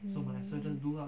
mm